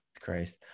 Christ